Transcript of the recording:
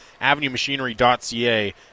avenue-machinery.ca